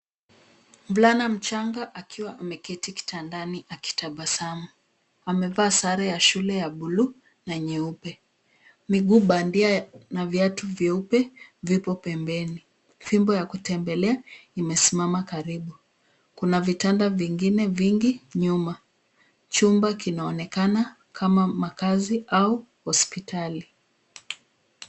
Mvulana mchanga akiwa ameketi kitandani akitabasamu. Amevaa sare ya shule ya bluu, na nyeupe. Miguu bandia na viatu vyeupe vipo pembeni. Fimbo ya kutembelea imesimama karibu. Kuna vitanda vingine vingi nyuma. Chumba kinaonekana kama makazi au hospitali.